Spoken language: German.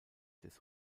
des